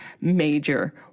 major